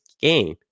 game